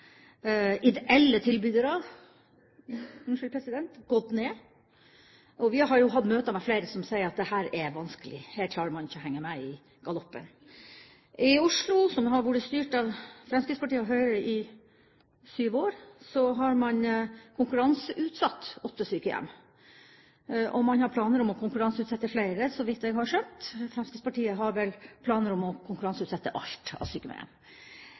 ideelle tilbydere gått ned, og vi har jo hatt møte med flere som sier at dette er vanskelig. Her klarer man ikke å henge med i galoppen. I Oslo, som har vært styrt av Fremskrittspartiet og Høyre i syv år, har man konkurranseutsatt åtte sykehjem, og man har planer om å konkurranseutsette flere, så vidt jeg har skjønt. Fremskrittspartiet har vel planer om å konkurranseutsette alt som er av